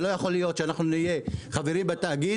לא יכול להיות שאנחנו נהיה חברים בתאגיד